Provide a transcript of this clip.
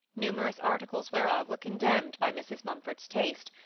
numerous articles whereof were condemned by mrs. mumford's taste,